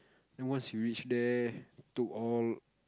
then once you reach there took all